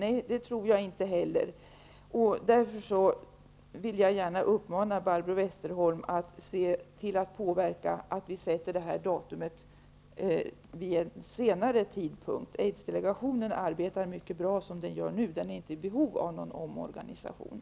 Nej, det tror jag inte heller. Därför vill jag gärna uppmana Barbro Westerholm att se till att påverka så att det sätts ut ett senare datum. Aids-delegationen arbetar mycket bra som den gör nu. Den är inte i behov av någon omorganisation.